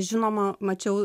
žinoma mačiau